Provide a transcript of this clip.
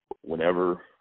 whenever